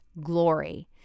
glory